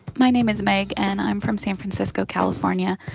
my name is meg, and i'm from san francisco, calif. um yeah